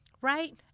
right